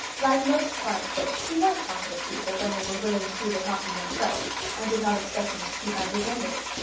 like most quiet folks he liked talkative people when they were willing to do the talking themselves and did not expect him to keep up his end of it.